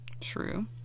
True